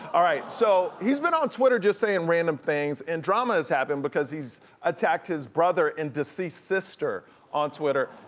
all right, so he's been on twitter just saying random things and drama has happened because he's attacked his brother and deceased sister on twitter.